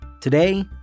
today